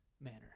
manner